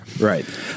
Right